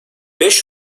beş